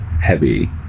heavy